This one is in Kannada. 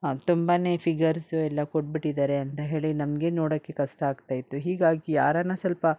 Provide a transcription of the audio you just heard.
ತುಂಬ ಫಿಗರ್ಸು ಎಲ್ಲ ಕೊಟ್ಟುಬಿಟ್ಟಿದಾರೆ ಅಂತ ಹೇಳಿ ನಮಗೆ ನೋಡೋಕೆ ಕಷ್ಟ ಆಗ್ತಾಯಿತ್ತು ಹೀಗಾಗಿ ಯಾರಾನ ಸ್ವಲ್ಪ